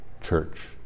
church